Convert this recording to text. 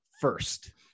first